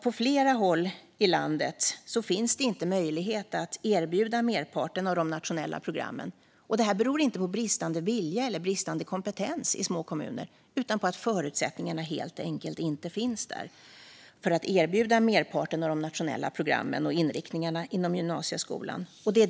På flera håll i landet finns inte möjlighet att erbjuda merparten av de nationella programmen. Detta beror inte på bristande vilja eller kompetens i små kommuner utan på att förutsättningarna helt enkelt inte finns för att erbjuda merparten av de nationella programmen och inriktningarna inom gymnasieskolan.